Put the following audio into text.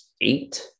eight